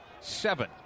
seven